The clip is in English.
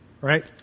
Right